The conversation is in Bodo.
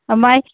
ओमफ्राय